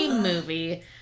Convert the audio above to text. movie